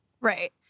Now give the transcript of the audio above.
Right